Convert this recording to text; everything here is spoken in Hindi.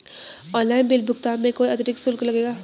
ऑनलाइन बिल भुगतान में कोई अतिरिक्त शुल्क लगेगा?